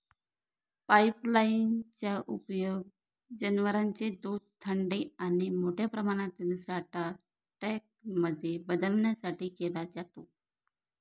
pipeline चा उपयोग जनवरांचे दूध थंडी आणि मोठ्या प्रमाणातील साठा टँक मध्ये बदलण्यासाठी केला जातो